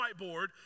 whiteboard